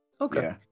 Okay